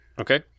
Okay